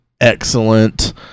excellent